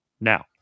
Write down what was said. now